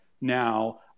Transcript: now